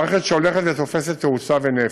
מערכת שהולכת ותופסת תאוצה ונפח.